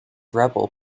rebel